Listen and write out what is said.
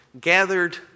gathered